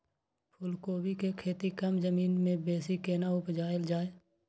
फूलकोबी के खेती कम जमीन मे बेसी केना उपजायल जाय?